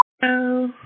Hello